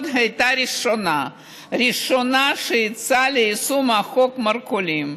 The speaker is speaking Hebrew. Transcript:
הייתה הראשונה שיצאה ליישום חוק מרכולים,